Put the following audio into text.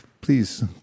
Please